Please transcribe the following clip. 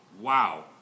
Wow